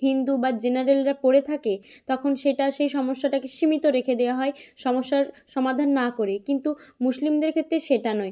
হিন্দু বা জেনারেলরা পড়ে থাকে তখন সেটা সেই সমস্যাটাকে সীমিত রেখে দেওয়া হয় সমস্যার সমাধান না করে কিন্তু মুসলিমদের ক্ষেত্রে সেটা নয়